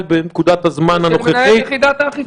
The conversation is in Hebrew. בנקודת הזמן הנוכחי --- ושל מנהל יחידת האכיפה שעושה את הפיקוח.